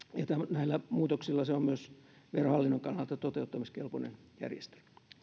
näillä muutoksilla se on myös verohallinnon kannalta toteuttamiskelpoinen järjestely